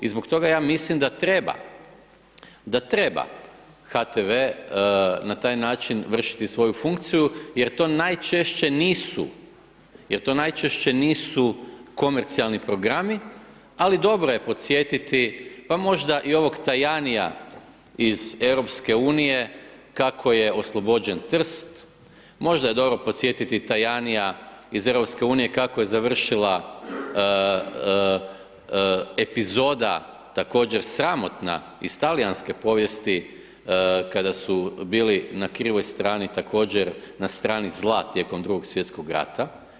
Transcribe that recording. I zbog toga ja mislim da treba HTV na taj način vršiti svoju funkciju jer to najčešće nisu, jer to najčešće nisu komercijalni programi ali dobro je podsjetiti, pa možda i ovog Tajania iz EU kako je oslobođen Trst, možda je dobro podsjetiti Tajania iz EU kako je završila epizoda također sramotna iz talijanske povijesti kada su bili na krivoj strani također na strani zla tijekom Drugog svjetskog rata.